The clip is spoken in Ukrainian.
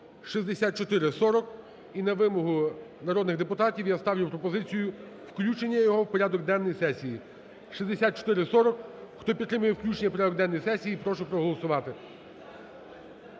(6440). І на вимогу народних депутатів я ставлю пропозицію включення його в порядок денний сесії. 6440. Хто підтримує включення в порядок денний сесії прошу проголосувати.